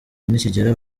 nikigera